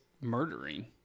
murdering